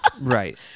Right